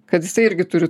kad jisai irgi turi